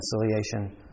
reconciliation